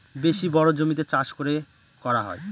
বেশি বড়ো জমিতে চাষ করে করা হয়